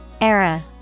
Era